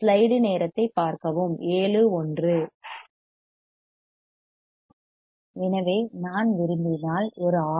slide நேரத்தைப் பார்க்கவும் 0701 எனவே நான் விரும்பினால் ஒரு ஆர்